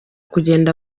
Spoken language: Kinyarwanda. kugenda